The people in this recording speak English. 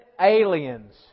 aliens